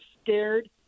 scared